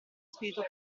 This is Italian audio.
spirito